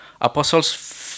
apostles